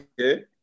Okay